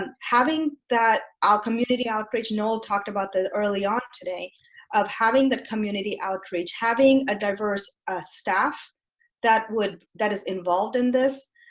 ah having that our community outreach noll talked about the early on today of having the community outreach, having a diverse staff that would that is involved in this,